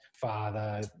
father